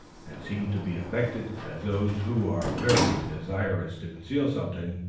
and seemed to be affected, as those who are very desirous to conceal something,